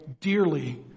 dearly